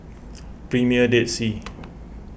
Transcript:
Premier Dead Sea